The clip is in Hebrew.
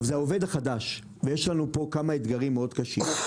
זה העובד החדש, ויש פה כמה אתגרים מאוד קשים.